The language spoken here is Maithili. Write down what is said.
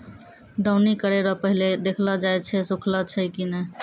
दौनी करै रो पहिले देखलो जाय छै सुखलो छै की नै